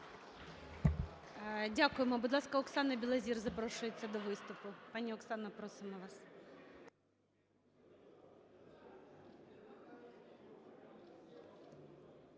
Дякуємо. Будь ласка, Оксана Білозір запрошується до виступу. Пані Оксано, просимо вас.